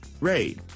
Ray